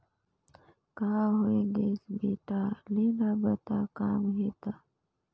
का होये गइस बेटा लेना बता का काम हे त